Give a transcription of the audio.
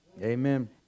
Amen